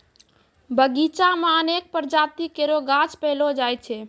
बगीचा म अनेक प्रजाति केरो गाछ पैलो जाय छै